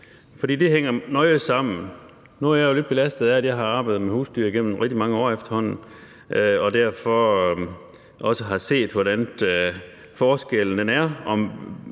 for det hænger nøje sammen. Nu er jeg jo lidt belastet af, at jeg har arbejdet med husdyr igennem rigtig mange år efterhånden og derfor også har set, hvordan forskellen er